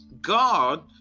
god